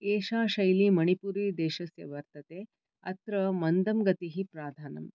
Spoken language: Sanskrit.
एषा शैली मणिपुरी देशस्य वर्तते अत्र मन्दं गतिः प्रधानम्